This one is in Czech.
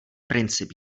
princip